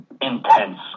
intense